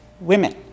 women